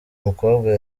mukobwa